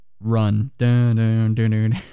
Run